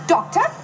Doctor